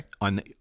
on